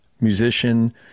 musician